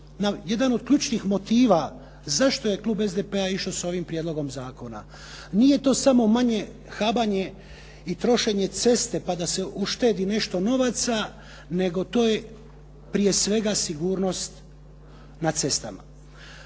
jedan od ključnih motiva zašto je klub SDP-a išao sa ovim prijedlogom zakona. Nije to samo manje habanje i trošenje ceste pa da se uštedi nešto novaca, nego to je prije svega sigurnost na cestama.